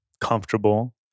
comfortable